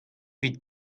evit